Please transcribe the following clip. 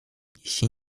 jeśli